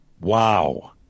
Wow